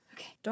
Okay